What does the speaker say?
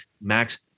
Max